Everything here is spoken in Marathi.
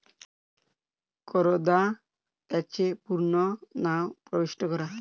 करदात्याचे पूर्ण नाव प्रविष्ट करा